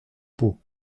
pot